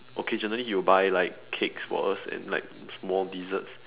occasionally he will buy like cakes for us and like small deserts